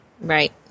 Right